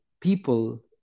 people